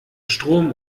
strom